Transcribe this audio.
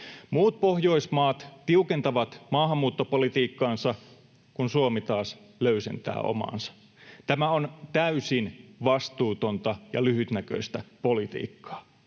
Muut pohjoismaat tiukentavat maahanmuuttopolitiikkaansa, kun Suomi taas löysentää omaansa. Tämä on täysin vastuutonta ja lyhytnäköistä politiikkaa.